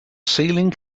ceiling